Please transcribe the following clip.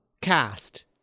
cast